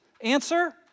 Answer